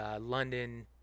London